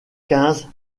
quinze